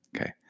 Okay